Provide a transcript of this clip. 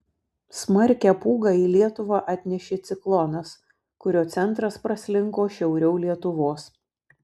smarkią pūgą į lietuvą atnešė ciklonas kurio centras praslinko šiauriau lietuvos